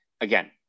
Again